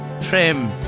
Trim